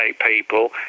people